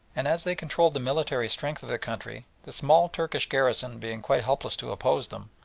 and as they controlled the military strength of the country, the small turkish garrison being quite helpless to oppose them,